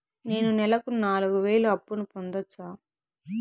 నేను నెలకు నాలుగు వేలు అప్పును పొందొచ్చా?